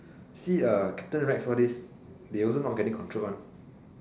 see uh captain rex all these they also not getting controlled [one]